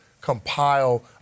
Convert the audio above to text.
compile